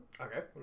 Okay